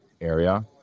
area